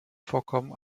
vorkommen